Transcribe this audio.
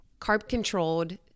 carb-controlled